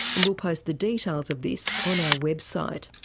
and we'll post the details of this on our website.